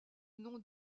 nom